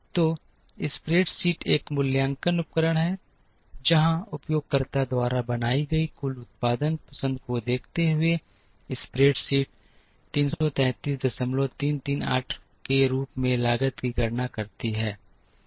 तो स्प्रेडशीट एक मूल्यांकन उपकरण है जहां उपयोगकर्ता द्वारा बनाई गई कुल उत्पादन पसंद को देखते हुए स्प्रेडशीट 333338 के रूप में लागत की गणना करती है